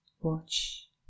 watch